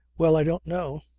well i don't know.